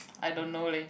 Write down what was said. I don't know leh